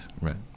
Right